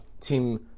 Team